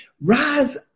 Rise